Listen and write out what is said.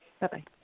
Bye-bye